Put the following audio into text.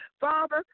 father